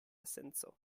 senco